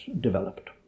developed